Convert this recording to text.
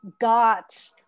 got